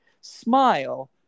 Smile